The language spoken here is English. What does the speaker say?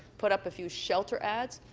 put up a few shelter ads,